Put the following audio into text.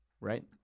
right